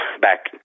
back